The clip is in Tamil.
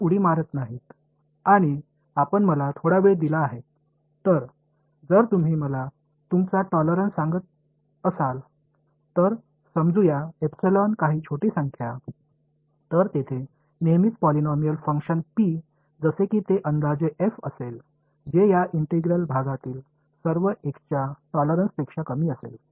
உங்கள் சகிப்புத்தன்மையை நீங்கள் என்னிடம் சொன்னால் எப்சிலான் சில சிறிய எண்ணிக்கையைச் சொல்வோம் பின்னர் எப்போதுமே ஒரு பாலினாமியல் ஃபங்ஷன் p உள்ளது இது இந்த ஒருங்கிணைந்த சரிவுக்குள் உள்ள அனைத்து x க்கும் கொடுக்கப்பட்ட சகிப்புத்தன்மையை விட f குறைவாக இருக்கும்